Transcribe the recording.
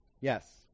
yes